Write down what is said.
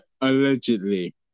Allegedly